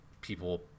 people